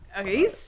Okay